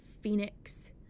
phoenix